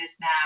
now